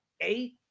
eight